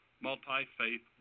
multi-faith